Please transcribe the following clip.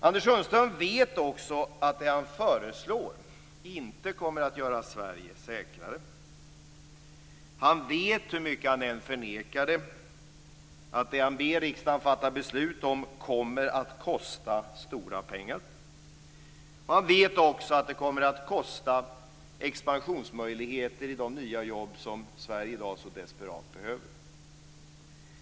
Anders Sundström vet nog också att det han föreslår inte kommer att göra Sverige säkrare. Han vet, hur mycket han än förnekar det, att det han ber riksdagen fatta beslut om kommer att kosta stora pengar. Han vet också att det kommer att kosta expansionsmöjligheter i form av de nya jobb som Sverige i dag så desperat behöver.